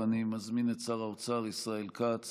ואני מזמין את שר האוצר ישראל כץ